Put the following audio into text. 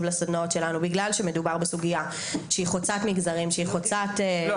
לסדנאות שלנו בגלל שמדובר בסוגיה שהיא חוצת מגזרים ---.